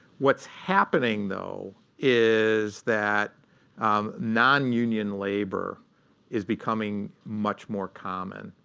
what's happening, though, is that non-union labor is becoming much more common.